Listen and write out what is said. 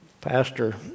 Pastor